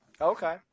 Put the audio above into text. Okay